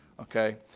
okay